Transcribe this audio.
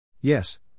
Yes